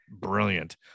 brilliant